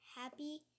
Happy